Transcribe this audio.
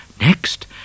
Next